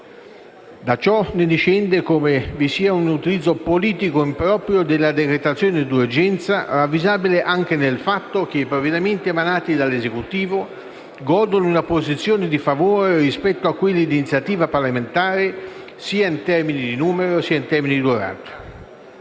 Da ciò discende come vi sia un utilizzo politico improprio della decretazione d'urgenza, ravvisabile anche nel fatto che i provvedimenti emanati dall'Esecutivo godono di una posizione di favore rispetto a quelli di iniziativa parlamentare, sia in termini di numero che in termini di durata.